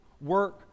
work